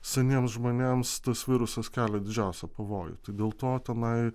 seniems žmonėms tas virusas kelia didžiausią pavojų tai dėl to tenai